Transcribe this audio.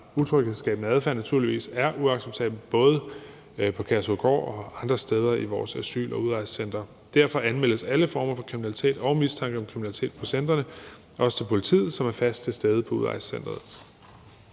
utryghedsskabende adfærd naturligvis er uacceptabelt, både på Kærshovedgård og andre steder på vores asyl- og udrejsecentre. Derfor anmeldes alle former for kriminalitet og mistanke om kriminalitet på centrene også til politiet, som er fast til stede på udrejsecenteret.